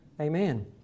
Amen